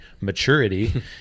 maturity